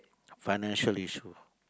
financial issue